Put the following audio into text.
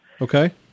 Okay